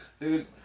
Dude